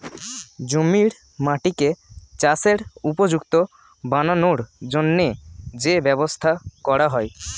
জমির মাটিকে চাষের উপযুক্ত বানানোর জন্যে যে ব্যবস্থা করা হয়